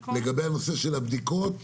לגבי הבדיקות.